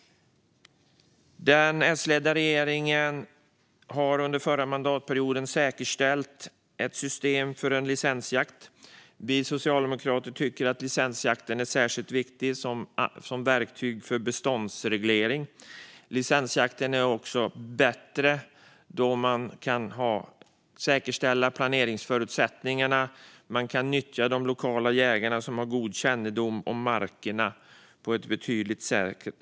Den S-ledda regeringen säkerställde under förra mandatperioden ett system för licensjakt. Vi socialdemokrater tycker att licensjakt är särskilt viktig som verktyg för beståndsreglering. Licensjakt är också bättre då den ger möjlighet att säkerställa planeringsförutsättningar och att nyttja lokala jägare som har god kännedom om markerna.